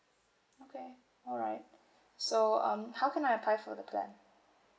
okay alright so um how can I apply for the plan